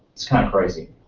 it's kind of crazy.